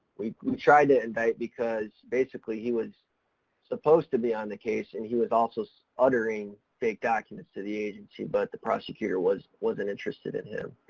we we tried to indict because basically he was supposed to be on the case and he was also uttering fake documents to the agency, but the prosecutor was wasn't interested in him.